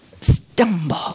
stumble